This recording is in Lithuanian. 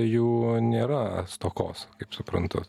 jų nėra stokos kaip suprantu